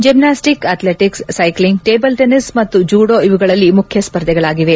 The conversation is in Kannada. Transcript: gymnastics athletics cycling table tennis ಮತ್ತು ಜುಡೋ ಇವುಗಳಲ್ಲಿ ಮುಖ್ಯ ಸ್ಪರ್ಧೆಗಳಾಗಿವೆ